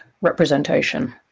representation